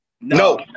no